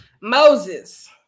Moses